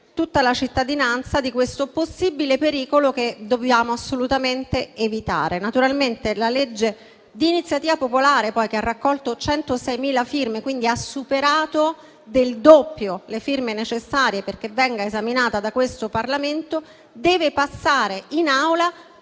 tutta la cittadinanza di questo possibile pericolo, che dobbiamo assolutamente evitare. Il disegno di legge di iniziativa popolare, che peraltro ha raccolto 106.000 firme, quindi ha superato del doppio il numero di quelle necessarie perché venga esaminata da questo Parlamento, deve passare in Aula